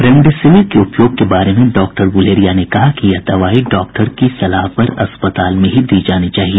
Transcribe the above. remdesivir के उपयोग के बारे में डॉक्टर गुलेरिया ने कहा कि यह दवाई डॉक्टर की सलाह पर अस्पताल में ही दी जानी चाहिए